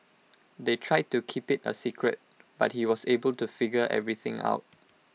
they tried to keep IT A secret but he was able to figure everything out